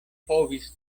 povis